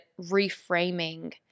reframing